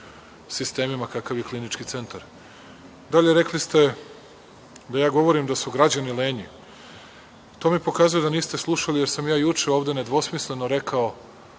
sistemima kakav je Klinički centar. Dalje, rekli ste da ja govorim da su građani lenji. To mi pokazuje da nisu slušali, jer sam ja juče ovde nedvosmisleno rekao